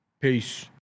Peace